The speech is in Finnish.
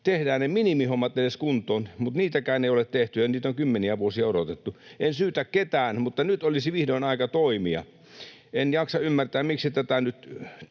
Tehdään ne minimihommat edes kuntoon, mutta niitäkään ei ole tehty, ja niitä on kymmeniä vuosia odotettu. En syytä ketään, mutta nyt olisi vihdoin aika toimia. En jaksa ymmärtää, miksi tätä nyt